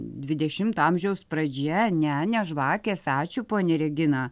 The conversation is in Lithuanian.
dvidešimto amžiaus pradžia ne ne žvakės ačiū ponia regina